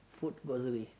food grocery